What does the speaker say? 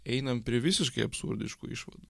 einam prie visiškai absurdiškų išvadų